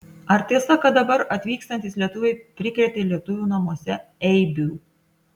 ar tiesa kad dabar atvykstantys lietuviai prikrėtė lietuvių namuose eibių